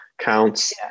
counts